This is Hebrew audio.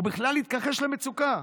הוא בכלל התכחש למצוקה.